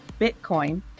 Bitcoin